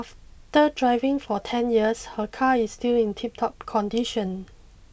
driving for ten years her car is still in tiptop condition